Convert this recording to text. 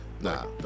nah